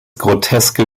groteske